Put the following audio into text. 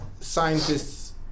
scientists